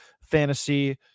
fantasy